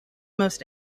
most